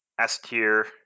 S-tier